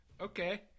okay